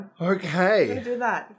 Okay